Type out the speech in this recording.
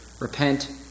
repent